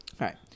right